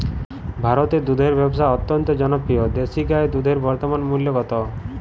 ভারতে দুধের ব্যাবসা অত্যন্ত জনপ্রিয় দেশি গাই দুধের বর্তমান মূল্য কত?